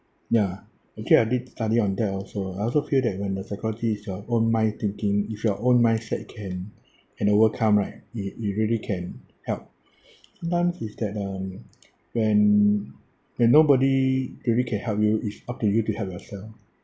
ya actually I need to study on that also I also feel that when the psychology is your own mind thinking if your own mindset can can overcome right it it really can help them sometimes it's that uh when when the nobody really can help you it's up to you to help yourself